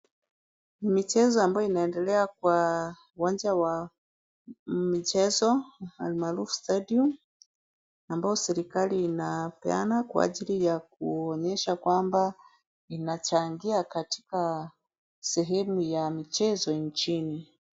Michezo ambayo inaendelea kwa uwanja wa michezo almaarufu stadium ambayo serikali inapeana kwa ajili ya kuonyesha kwamba inachangia katika sehemu ya michezo nchini.